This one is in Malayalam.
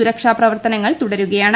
സുരക്ഷാ പ്രവർത്തനങ്ങൾ തുടരുകയാണ്